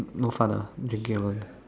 no fun ah drinking alone